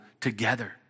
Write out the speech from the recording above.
together